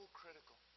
critical